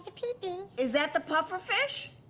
the pink thing. is that the puffer fish?